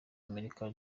amerika